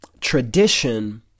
tradition